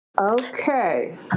Okay